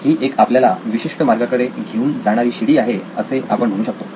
ही एक आपल्याला विशिष्ट मार्गाकडे घेऊन जाणारी शिडी आहे असे आपण म्हणू शकतो